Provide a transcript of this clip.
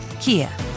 kia